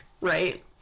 right